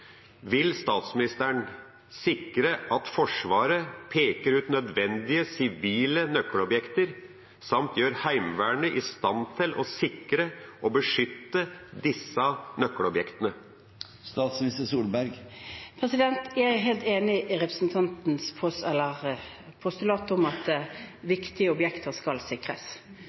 Vil statsministeren sikre at Forsvaret peker ut nødvendige sivile nøkkelobjekter samt gjør Heimevernet i stand til å sikre og beskytte disse nøkkelobjektene? Jeg er helt enig i representantens postulat om at viktige objekter skal sikres.